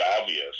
obvious